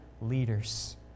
leaders